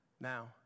Now